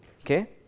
Okay